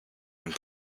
and